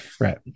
right